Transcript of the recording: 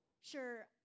sure